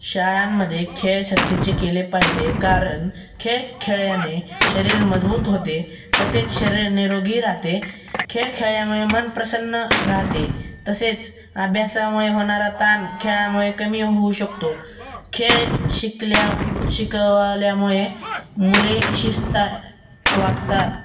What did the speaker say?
शाळांमध्ये खेळ सक्तीचे केले पाहिजे कारण खेळ खेळल्याने शरीर मजबूत होते तसेच शरीर निरोगी राहते खेळ खेळल्यामुळे मन प्रसन्न राहते तसेच अभ्यासामुळे होणारा ताण खेळामुळे कमी होऊ शकतो खेळ शिकल्या शिकवल्यामुळे मुले शिस्ता वागतात